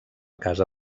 casa